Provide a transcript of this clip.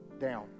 down